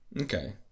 okay